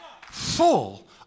Full